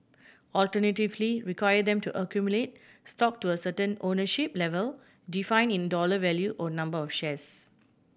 alternatively require them to accumulate stock to a certain ownership level defined in dollar value or number of shares